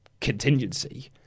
contingency